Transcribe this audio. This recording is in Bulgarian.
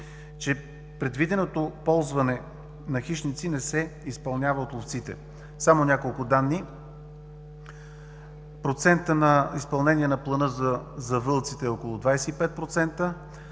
че предвиденото ползване на хищници не се изпълнява от ловците. Само няколко данни. Процентът на изпълнение на плана за вълците е около 25%,